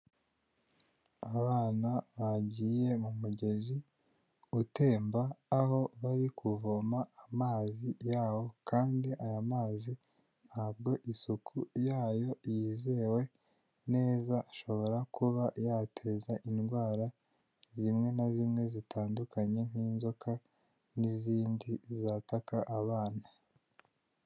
Abana bagiye mu mugezi utemba, aho bari kuvoma amazi yaho kandi aya mazi ntabwo isuku yayo yizewe neza, ashobora kuba yateza indwara zimwe na zimwe zitandukanye nk'inzoka n'izindi zataka abana.